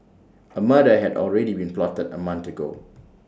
A murder had already been plotted A month ago